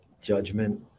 Judgment